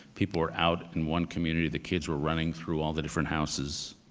people were out in one community. the kids were running through all the different houses.